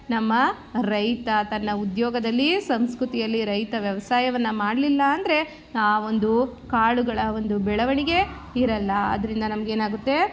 ನಮ್ಮ ರೈತ ತನ್ನ ಉದ್ಯೋಗದಲ್ಲಿ ಸಂಸ್ಕೃತಿಯಲ್ಲಿ ರೈತ ವ್ಯವಸಾಯವನ್ನು ಮಾಡಲಿಲ್ಲಾಂದ್ರೆ ಆ ಒಂದು ಕಾಳುಗಳ ಒಂದು ಬೆಳವಣಿಗೆ ಇರೋಲ್ಲ ಅದರಿಂದ ನಮಗೇನಾಗುತ್ತೆ